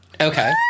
Okay